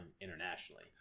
internationally